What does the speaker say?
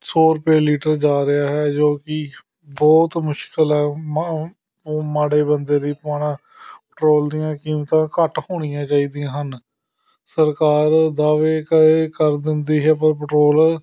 ਸੌ ਰੁਪਏ ਲੀਟਰ ਜਾ ਰਿਹਾ ਹੈ ਜੋ ਕਿ ਬਹੁਤ ਮੁਸ਼ਕਿਲ ਹੈ ਮਾ ਮਾੜੇ ਬੰਦੇ ਲਈ ਪਾਉਣਾ ਪੈਟਰੋਲ ਦੀਆਂ ਕੀਮਤਾਂ ਘੱਟ ਹੋਣੀਆਂ ਚਾਹੀਦੀਆਂ ਹਨ ਸਰਕਾਰ ਦਾਅਵੇ ਕਈ ਕਰ ਦਿੰਦੀ ਹੈ ਪਰ ਪੈਟਰੋਲ